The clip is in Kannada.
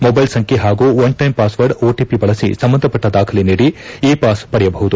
ಮೊಬೈಲ್ ಸಂಖ್ಯೆ ಹಾಗೂ ಒನ್ ಟೈಂ ಪಾಸ್ವರ್ಡ್ ಒಟಿಪಿ ಬಳಸಿ ಸಂಬಂಧಪಟ್ಟ ದಾಖಲೆ ನೀಡಿ ಇ ಪಾಸ್ ಪಡೆಯಬಹುದು